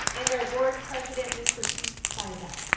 board president, mr. pete sysak.